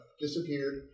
disappeared